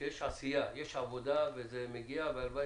שיש עשייה, יש עבודה וזה מגיע, והלוואי